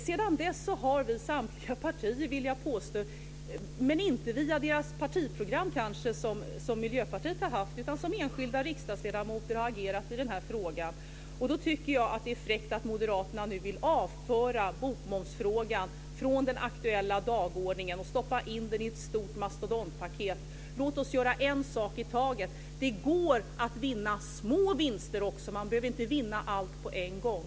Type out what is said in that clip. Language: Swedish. Sedan dess har samtliga partier, men inte via sina partiprogram som Miljöpartiet utan genom enskilda ledamöter, agerat i den här frågan. Då tycker jag att det är fräckt att Moderaterna nu vill avföra bokmomsfrågan från den aktuella dagordningen och stoppa in den i ett stort mastodontpaket. Låt oss göra en sak i taget. Det går att göra små vinster också - man behöver inte vinna allt på en gång.